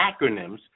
acronyms